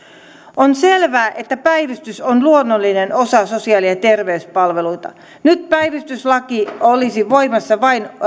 on selvää että päivystys on luonnollinen osa sosiaali ja terveyspalveluita nyt päivystyslaki olisi voimassa vain